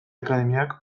akademiak